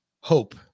hope